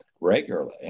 regularly